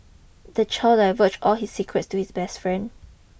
the child divulged all his secrets to his best friend